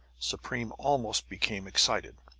supreme almost became excited.